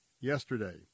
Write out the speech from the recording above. yesterday